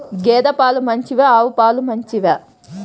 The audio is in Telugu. గేద పాలు మంచివా ఆవు పాలు మంచివా?